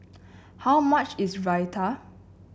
how much is Raita